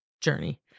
journey